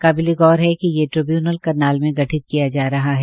काबिलगौर है कि ये ट्रिब्यूनल करनाल में गठित किया जा रहा है